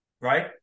Right